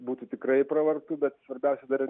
būtų tikrai pravartu bet svarbiausia dar